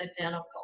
identical